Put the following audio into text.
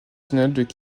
cimetière